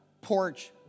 porch